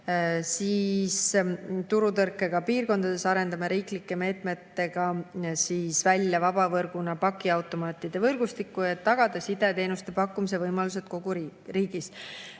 Turutõrkega piirkondades arendame riiklike meetmetega välja vabavõrguna pakiautomaatide võrgustiku, et tagada sideteenuste pakkumise võimalused kogu riigis.